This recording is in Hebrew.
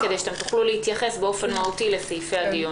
כדי שתוכלו להתייחס באופן מהותי לסעיפי הדיון.